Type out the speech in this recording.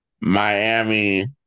Miami